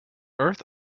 earth